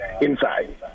inside